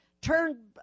Turn